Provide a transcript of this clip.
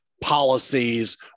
policies